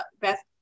Beth